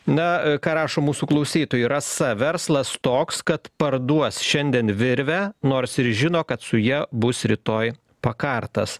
na ką rašo mūsų klausytojai rasa verslas toks kad parduos šiandien virvę nors ir žino kad su ja bus rytoj pakartas